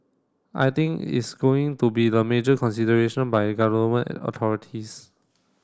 I think it is going to be the major consideration by Government authorities